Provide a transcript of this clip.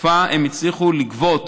בתקופה הם הצליחו לגבות